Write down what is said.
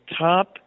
top